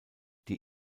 die